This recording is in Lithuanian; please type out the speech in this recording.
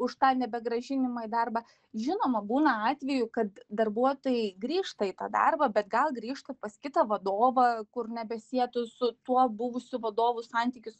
už tą nebegrąžinimą į darbą žinoma būna atvejų kad darbuotojai grįžta į tą darbą bet gal grįžta pas kitą vadovą kur nebesietų su tuo buvusiu vadovu santykis